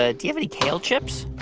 ah do you have any kale chips?